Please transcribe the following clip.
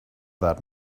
that